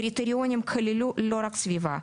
הקריטריונים כללו לא רק את הסביבה,